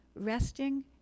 Resting